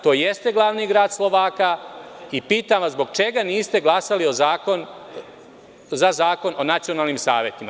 To jeste glavni grad Slovaka i pitam vas zbog čega niste glasali za Zakon o nacionalnim savetima?